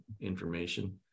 information